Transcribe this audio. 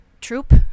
troop